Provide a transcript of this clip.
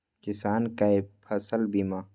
किसान कै फसल बीमा?